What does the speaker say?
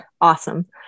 Awesome